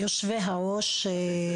הראש,